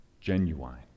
genuine